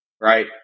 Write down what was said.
right